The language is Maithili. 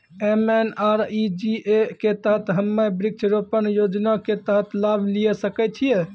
एम.एन.आर.ई.जी.ए के तहत हम्मय वृक्ष रोपण योजना के तहत लाभ लिये सकय छियै?